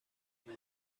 when